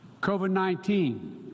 COVID-19